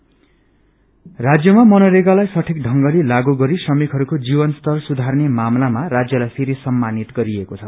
मनरेगा राज्यमा मनरेगालाई सठिक ढ़ंगले लागू गरी श्रमिकहरूको जीवन स्तर सुधार्ने मामलाामा राज्यलाई फेरि सम्मानित गरिएको छ